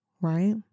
right